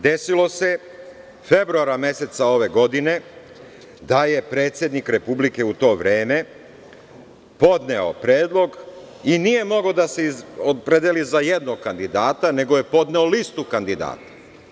Desilo se februara meseca ove godine da je predsednik Republike u to vreme podneo predlog i nije mogao da se opredeli za jednog kandidata nego je podneo listu kandidata.